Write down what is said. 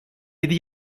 yedi